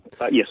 Yes